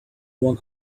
one